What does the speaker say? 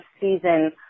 season